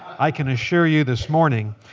i can assure you this morning.